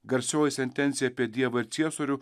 garsioji sentencija apie dievą ir ciesorių